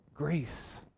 Grace